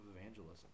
evangelism